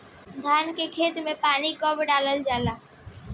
धान के खेत मे पानी कब डालल जा ला?